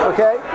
Okay